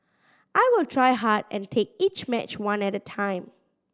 I will try hard and take each match one at a time